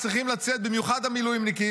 במיוחד המילואימניקים,